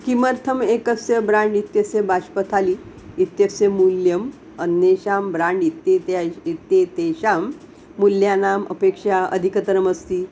किमर्थम् एकस्य ब्राण्ड् इत्यस्य बाष्पथाली इत्यस्य मूल्यम् अन्येषां ब्राण्ड् इत्येते इत्येतेषां मूल्यानाम् अपेक्षा अधिकतरमस्ति